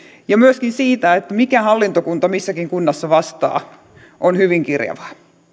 ja myöskin se mikä hallintokunta missäkin kunnassa vastaa on hyvin kirjavaa